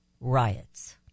riots